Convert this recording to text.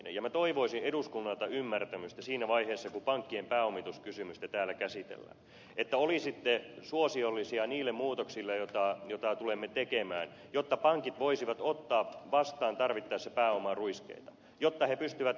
minä toivoisin eduskunnalta ymmärtämystä siinä vaiheessa kun pankkien pääomituskysymystä täällä käsitellään että olisitte suosiollisia niille muutoksille joita tulemme tekemään jotta pankit voisivat ottaa vastaan tarvittaessa pääomaruiskeita jotta ne pystyvät kasvattamaan antolainaustaan